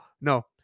No